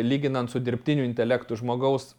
lyginant su dirbtiniu intelektu žmogaus